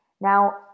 Now